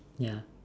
ya